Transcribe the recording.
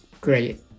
Great